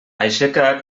aixeca